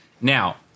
Now